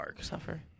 suffer